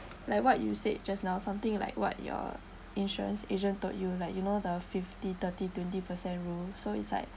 like what you said just now something like what your insurance agent told you like you know the fifty thirty twenty percent rule so it's like